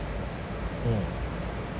mm